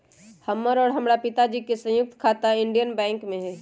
हमर और हमरा पिताजी के संयुक्त खाता इंडियन बैंक में हई